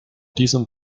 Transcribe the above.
diesem